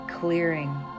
Clearing